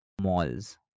malls